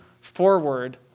forward